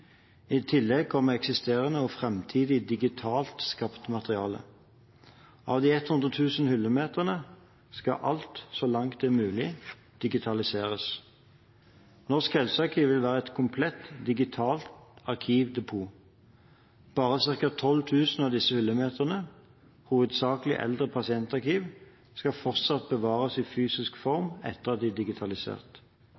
I tillegg kommer eksisterende og framtidig digitalt skapt materiale. Av de 100 000 hyllemeterne skal alt, så langt det er mulig, digitaliseres. Norsk helsearkiv vil være et komplett, digitalt arkivdepot. Bare ca. 12 000 av disse hyllemeterne, hovedsakelig eldre pasientarkiv, skal fortsatt bevares i fysisk